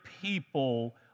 people